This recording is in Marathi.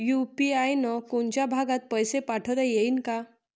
यू.पी.आय न कोनच्याही भागात पैसे पाठवता येईन का?